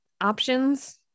options